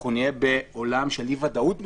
אנחנו נהיה בעולם של אי-ודאות משפטית.